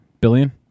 billion